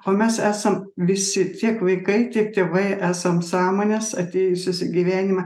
o mes esam visi tiek vaikai tiek tėvai esam sąmonės atėjusios į gyvenimą